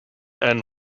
earned